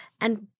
And-